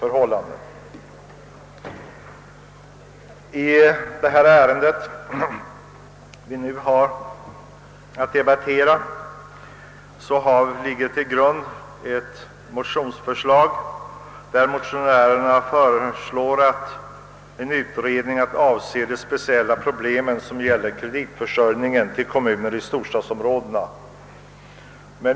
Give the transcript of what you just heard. Till grund för det ärende som vi nu debatterar ligger ett motionspar vari föreslås en utredning beträffande de speciella problem som sammanhänger med kreditförsörjningen för kommuner inom storstadsområdena.